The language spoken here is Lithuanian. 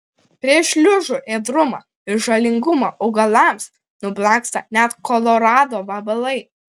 prieš šliužų ėdrumą ir žalingumą augalams nublanksta net kolorado vabalai